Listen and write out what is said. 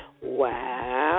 wow